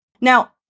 Now